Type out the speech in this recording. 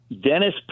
Dennis